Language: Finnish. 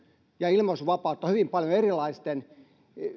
ja ilmaisuvapautta on rajoitettu hyvin paljon erilaisten